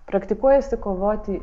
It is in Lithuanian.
praktikuojasi kovoti